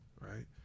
right